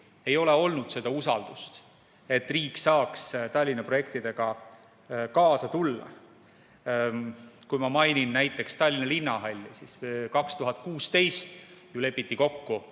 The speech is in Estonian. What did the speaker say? Ei ole olnud seda usaldust, et riik saaks Tallinna projektidega kaasa tulla. Ma toon näiteks Tallinna Linnahalli. 2016 lepiti kokku,